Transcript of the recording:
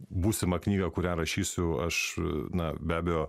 būsimą knygą kurią rašysiu aš na be abejo